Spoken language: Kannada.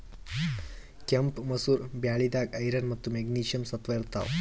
ಕೆಂಪ್ ಮಸೂರ್ ಬ್ಯಾಳಿದಾಗ್ ಐರನ್ ಮತ್ತ್ ಮೆಗ್ನೀಷಿಯಂ ಸತ್ವ ಇರ್ತವ್